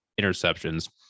interceptions